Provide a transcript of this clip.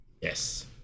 Yes